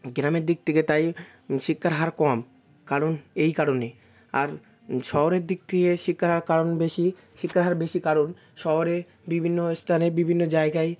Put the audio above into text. গ্রামের দিক থেকে তাই শিক্ষার হার কম কারণ এই কারণে আর শহরের দিক দিয়ে শিক্ষার হার কারণ বেশি শিক্ষার হার বেশি কারণ শহরে বিভিন্ন স্থানে বিভিন্ন জায়গায়